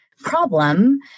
problem